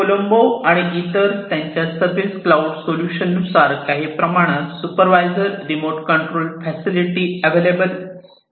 कोलंबो आणि इतर त्यांच्या सर्विस क्लाऊड सोल्युशन नुसार काही प्रमाणात supervisor remote control facility available झाली आहे